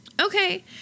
Okay